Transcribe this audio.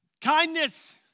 Kindness